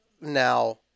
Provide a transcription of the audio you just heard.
now